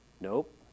Nope